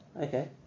Okay